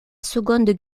seconde